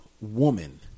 woman